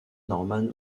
norman